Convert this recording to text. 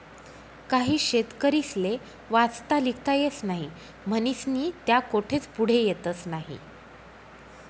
काही शेतकरीस्ले वाचता लिखता येस नही म्हनीस्नी त्या कोठेच पुढे येतस नही